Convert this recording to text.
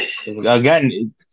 Again